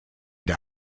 der